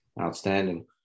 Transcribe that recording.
Outstanding